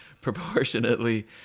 proportionately